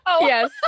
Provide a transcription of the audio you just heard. Yes